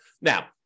Now